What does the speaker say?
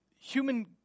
human